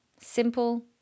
Simple